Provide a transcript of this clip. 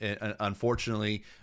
unfortunately